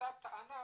עלתה טענה